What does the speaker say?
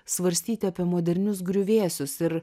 svarstyti apie modernius griuvėsius ir